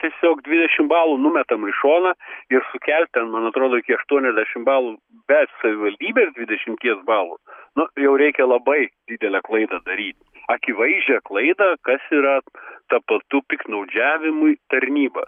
tiesiog dvidešim balų numetam į šoną ir sukelt ten man atrodo iki aštuoniasdešim balų bet savivaldybės dvivdešimties balų nu jau reikia labai didelę klaidą daryt akivaizdžią klaidą kas yra tapatu piktnaudžiavimui tarnyba